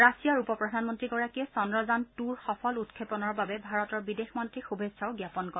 ৰাছিয়াৰ উপ প্ৰধানমন্ত্ৰীগৰাকীয়ে চন্দ্ৰযান টুৰ সফল উৎক্ষেপনৰ বাবে ভাৰতৰ বিদেশ মন্ত্ৰীক শুভেচ্ছাও জ্ঞাপন কৰে